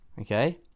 okay